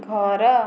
ଘର